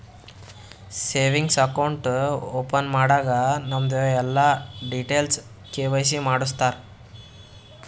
savings account open ಮಾಡಾಗ್ ನಮ್ದು ಎಲ್ಲಾ ಡೀಟೇಲ್ಸ್ ಕೆ.ವೈ.ಸಿ ಮಾಡುಸ್ತಾರ್